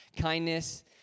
kindness